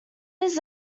his